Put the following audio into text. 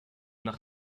nach